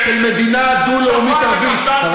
כי הרשימה הערבית רוצה